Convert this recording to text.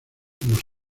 los